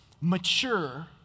mature